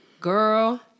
girl